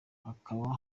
hakaba